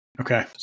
Okay